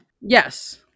Yes